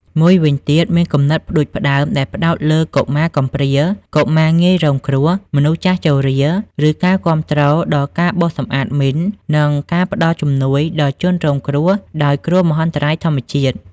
មួយវិញទៀតមានគំនិតផ្តួចផ្តើមដែលផ្តោតលើកុមារកំព្រា កុមារងាយរងគ្រោះ មនុស្សចាស់ជរា ឬការគាំទ្រដល់ការបោសសម្អាតមីន និងការផ្តល់ជំនួយដល់ជនរងគ្រោះដោយគ្រោះមហន្តរាយធម្មជាតិ។